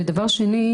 ודבר שני,